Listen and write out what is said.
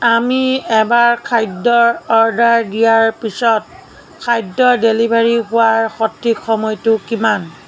আমি এবাৰ খাদ্যৰ অৰ্ডাৰ দিয়াৰ পিছত খাদ্যৰ ডেলিভাৰী হোৱাৰ সঠিক সময়টো কিমান